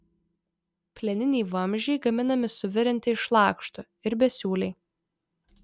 plieniniai vamzdžiai gaminami suvirinti iš lakštų ir besiūliai